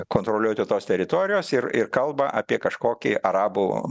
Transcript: kontroliuoti tos teritorijos ir ir kalba apie kažkokį arabų